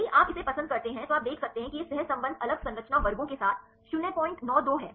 यदि आप इसे पसंद करते हैं तो आप देख सकते हैं कि यह सहसंबंध अलग संरचना वर्गों के साथ 092 है